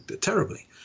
terribly